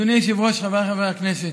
אדוני היושב-ראש, חבריי חברי הכנסת,